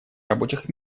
рабочих